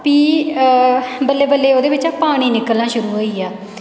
फ्ही बल्लें बल्लें ओह्दे बिच्चा पानी निकलना शुरू होई गेआ